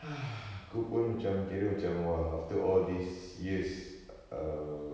aku pun macam kira macam !wow! after all these years err